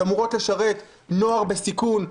שאמורות לשרת נוער בסיכון,